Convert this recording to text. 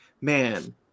man